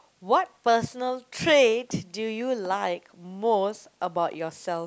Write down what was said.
what personal trait do you like most about yourself